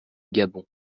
gabon